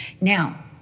Now